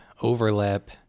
overlap